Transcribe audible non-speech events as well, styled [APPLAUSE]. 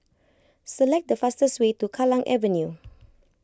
select the fastest way to Kallang Avenue [NOISE]